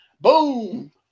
Boom